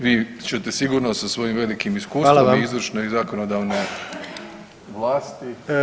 Vi ćete sigurno sa svojim velikim iskustvom [[Upadica: Hvala vam]] i izvršnoj i zakonodavnoj vlasti…